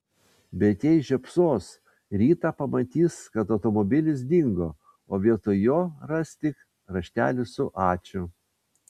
bet jei žiopsos rytą pamatys kad automobilis dingo o vietoj jo ras tik raštelį su ačiū